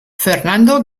fernando